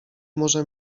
może